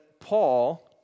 Paul